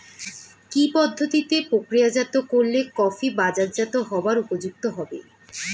কি পদ্ধতিতে প্রক্রিয়াজাত করলে কফি বাজারজাত হবার উপযুক্ত হবে?